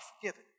forgiven